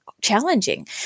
challenging